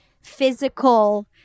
physical